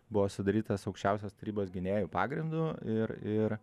buvo sudarytas aukščiausios tarybos gynėjų pagrindu ir ir